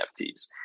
NFTs